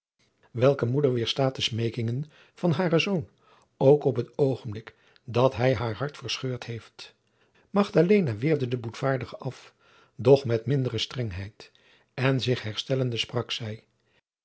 welke moeder wederstaat de smeekingen van haren zoon ook op het oogenblik dat hij haar hart verscheurd heeft magdalena weerde den boetvaardige af doch met mindere strengheid en zich herstellende sprak zij